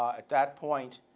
at that point,